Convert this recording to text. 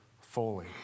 fully